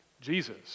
Jesus